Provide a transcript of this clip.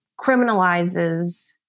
criminalizes